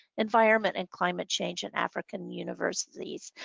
environment and climate change and african universities.